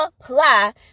apply